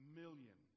million